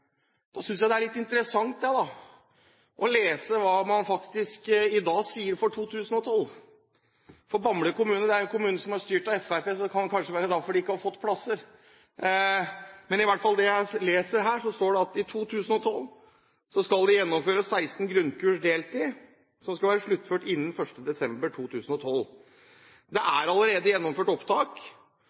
Bamble kommune er jo en kommune som er styrt av Fremskrittspartiet, så det kan vel kanskje være derfor de ikke har fått plasser – men i det jeg leser her, står det i hvert fall: «I 2012 skal det gjennomføres 16 grunnkurs deltid som skal være sluttført innen 1. desember 2012. Det er allerede gjennomført opptak